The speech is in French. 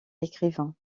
écrivain